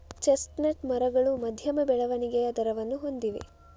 chestnut ಮರಗಳು ಮಧ್ಯಮ ಬೆಳವಣಿಗೆಯ ದರವನ್ನು ಹೊಂದಿವೆ